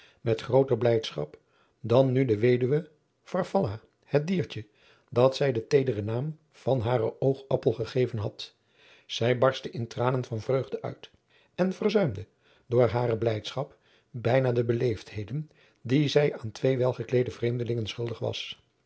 met grooter blijdschap dan nu de weduwe farfalla het diertje dat zij den teederen naam van haren oogappel gegeven had zij barstte in tranen van vreugde uit en verzuimde door hare blijdschap bijna de beleefdheden die zij aan twee welgekleede vreemdelingen schuldig was